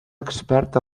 expert